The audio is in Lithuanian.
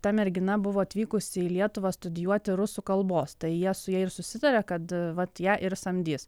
mergina buvo atvykusi į lietuvą studijuoti rusų kalbos tai jie su ja ir susitarė kad vat ją ir samdys